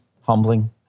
humbling